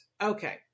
Okay